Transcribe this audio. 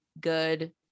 good